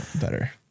better